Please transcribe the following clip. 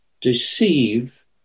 deceive